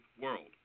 world